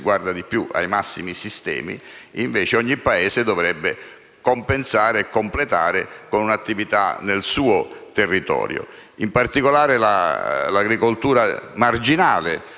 guarda di più ai massimi sistemi, ogni Paese dovrebbe compensare e completare con una attività nel suo territorio. In particolare ciò vale